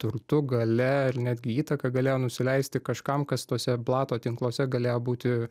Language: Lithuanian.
turtu galia ir netgi įtaka galėjo nusileisti kažkam kas tuose blato tinkluose galėjo būti